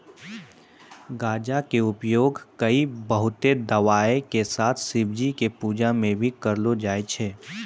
गांजा कॅ उपयोग कई बहुते दवाय के साथ शिवजी के पूजा मॅ भी करलो जाय छै